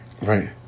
right